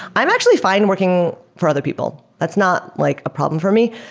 i'm actually fine working for other people. that's not like a problem for me,